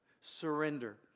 Surrender